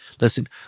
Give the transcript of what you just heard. listen